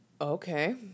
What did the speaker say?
Okay